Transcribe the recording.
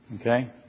Okay